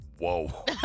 Whoa